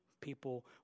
People